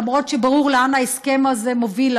למרות שברור לאן ההסכם הזה מוביל,